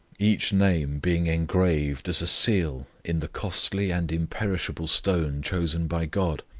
each name being engraved as a seal in the costly and imperishable stone chosen by god,